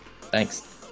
Thanks